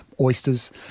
oysters